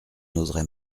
n’oserait